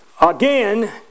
Again